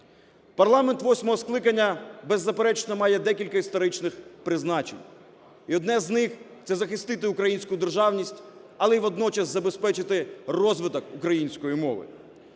Парламент восьмого скликання, беззаперечно, має декілька історичних призначень. І одне з них – це захистити українську державність, але й водночас забезпечити розвиток української мови.